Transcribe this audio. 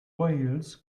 wales